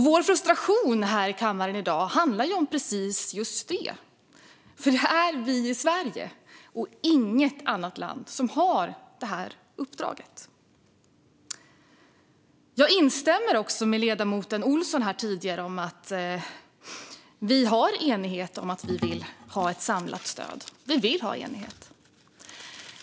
Vår frustration här i dag handlar om precis just detta, för det är Sverige och inget annat land som har detta uppdrag. Jag instämmer med ledamoten Olsson om att vi vill ha enighet och ett samlat stöd.